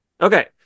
Okay